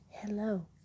Hello